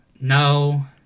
no